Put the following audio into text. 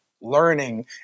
learning